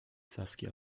saskia